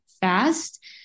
fast